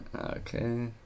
Okay